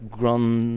Grand